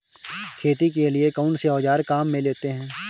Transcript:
खेती के लिए कौनसे औज़ार काम में लेते हैं?